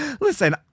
Listen